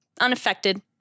Unaffected